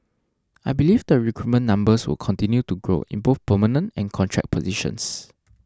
I believe the recruitment numbers will continue to grow in both permanent and contract positions